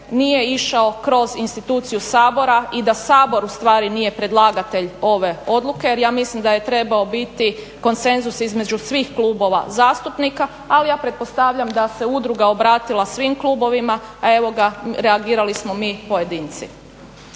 nije išao kroz instituciju Sabora i da Sabor ustvari nije predlagatelj ove odluke jer ja mislim da je trebao biti konsenzus između svih klubova zastupnika, ali ja pretpostavljam da se udruga obratila svim klubovima, a evo reagirali smo mi pojedinci.